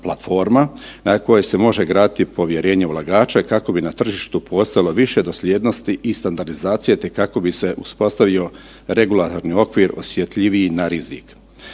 na kojoj se može graditi povjerenje ulagača kako bi na tržištu postojalo više dosljednosti i standardizacije te kako bi se uspostavio regularni okvir osjetljiviji na rizik.